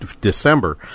December